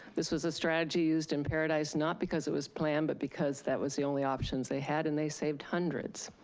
this was a strategy used in paradise, and not because it was planned, but because that was the only options they had, and they saved hundreds.